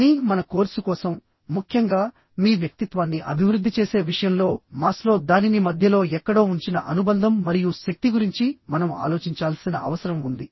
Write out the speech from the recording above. కానీ మన కోర్సు కోసం ముఖ్యంగా మీ వ్యక్తిత్వాన్ని అభివృద్ధి చేసే విషయంలో మాస్లో దానిని మధ్యలో ఎక్కడో ఉంచిన అనుబంధం మరియు శక్తి గురించి మనం ఆలోచించాల్సిన అవసరం ఉంది